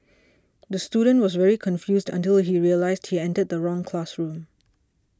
the student was very confused until he realised he entered the wrong classroom